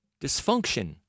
dysfunction